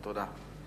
תודה.